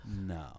No